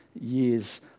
years